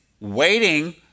waiting